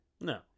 No